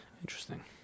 interesting